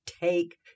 take